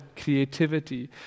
creativity